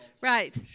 right